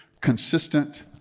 consistent